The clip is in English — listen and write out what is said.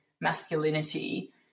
masculinity